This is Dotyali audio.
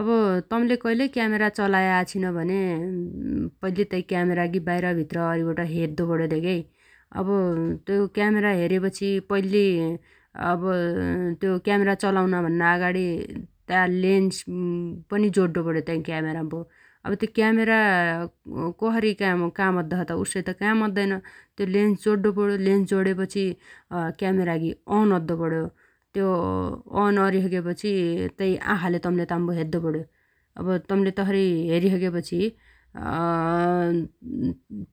अब तम्ले कैलै क्यामरा चलाया आछिन भने पैल्ली तै क्यामरागी बाइर भित्र अरिबट हद्दोपण्यो धेगेइ । अब त्यो क्यामरा हेरेपछि पैल्ली अब त्यो क्यामरा चलाउन भन्ना अगाडी ता लेन्स पनि जोड्डोपण्यो तै क्यामराम्बो । अब त्यो क्यामरा कसरी काम अद्दो छ त उस्तै त काम अद्दैन । त्यो लेन्स जोड्डोपण्यो । लेन्स जोडेपछि क्यामरागी अन अद्दोपण्यो । त्यो अन अरिसगेपछि तै आखाले तम्ले ताम्बो हेद्दोपण्यो । अब तम्ले तसरी हेरिसगेपछि